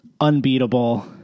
unbeatable